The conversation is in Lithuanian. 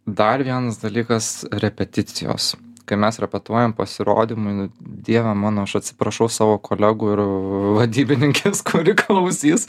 dar vienas dalykas repeticijos kai mes repetuojam pasirodymui nu dieve mano aš atsiprašau savo kolegų ir vadybininkės kuri klausys